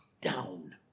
down